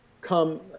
come